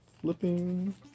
flipping